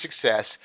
success